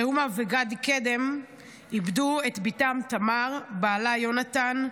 ראומה וגדי קדם איבדו את בתם תמר, בעלה יונתן,